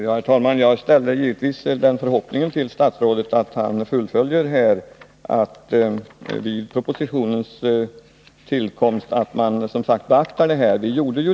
Herr talman! Jag har givetvis förhoppningen att statsrådet vid propositionens tillkomst skall beakta de synpunkter jag har framfört.